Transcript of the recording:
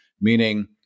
meaning